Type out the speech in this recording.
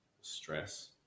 stress